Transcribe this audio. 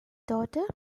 daughter